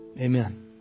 Amen